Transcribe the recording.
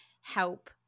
help